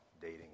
dating